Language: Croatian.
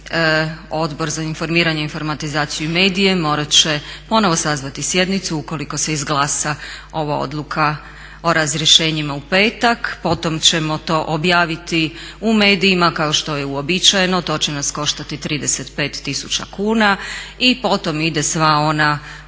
Odbor za informiranje, informatizaciju i medije morat će ponovo sazvati sjednicu ukoliko se izglasa ova Odluka o razrješenjima u petak. Potom ćemo to objaviti u medijima kao što je uobičajeno. To će nas koštati 35000 kuna i potom ide sva ona